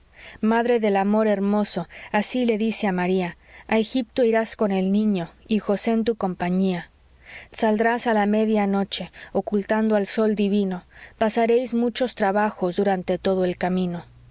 madre del amor hermoso así le dice a maría a egipto irás con el niño y josé en tu compañía saldrás a la media noche ocultando al sol divino pasaréis muchos trabajos durante todo el camino os